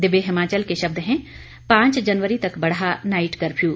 दिव्य हिमाचल के शब्द हैं पांच जनवरी तक बढ़ा नाइट कर्फ्यू